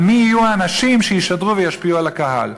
מי יהיו האנשים שישדרו וישפיעו על הקהל.